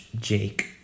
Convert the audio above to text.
Jake